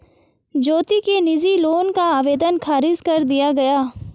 ज्योति के निजी लोन का आवेदन ख़ारिज कर दिया गया